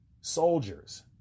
soldiers